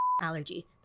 allergy